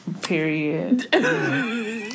Period